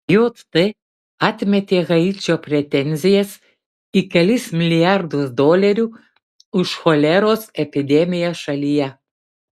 jt atmetė haičio pretenzijas į kelis milijardus dolerių už choleros epidemiją šalyje